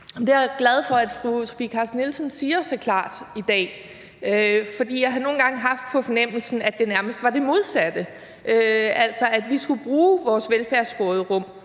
er jeg glad for at fru Sofie Carsten Nielsen siger så klart i dag, for jeg har nu nogle gange haft på fornemmelsen, at det nærmest var det modsatte, altså at vi skulle bruge vores velfærdsråderum